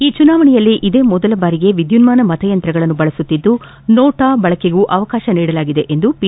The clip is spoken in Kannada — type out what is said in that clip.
ಈ ಚುನಾವಣೆಯಲ್ಲಿ ಇದೇ ಮೊದಲ ಬಾರಿಗೆ ವಿದ್ಯುನ್ಮಾನ ಮತಯಂತ್ರಗಳನ್ನು ಬಳಸುತ್ತಿದ್ದು ನೋಣಾ ಬಳಕೆಗೂ ಅವಕಾಶ ನೀಡಲಾಗಿದೆ ಎಂದು ಪಿ